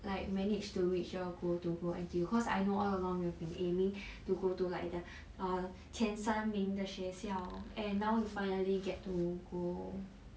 like manage to reach your goal to go N_T_U cause I know all along you have been aiming to go to like the err 前三名的学校 and now you finally get to go